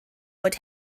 fod